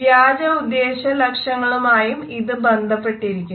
വ്യാജ ഉദ്ദേശ ലക്ഷ്യങ്ങളുമായും ഇത് ബന്ധപ്പെട്ടിരിക്കുന്നു